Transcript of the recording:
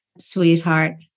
sweetheart